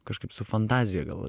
kažkaip su fantazija gal